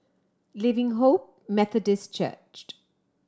Living Hope Methodist Church